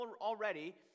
already